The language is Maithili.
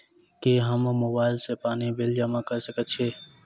की हम मोबाइल सँ पानि बिल जमा कऽ सकैत छी?